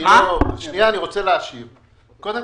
נכון